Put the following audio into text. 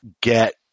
get